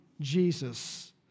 Jesus